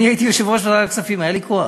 אני הייתי יושב-ראש ועדת הכספים, היה לי כוח,